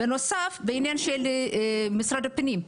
בנוסף, בעניין של משרד הפנים.